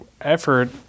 effort